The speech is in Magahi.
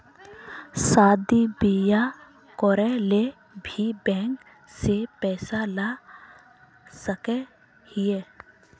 शादी बियाह करे ले भी बैंक से पैसा ला सके हिये?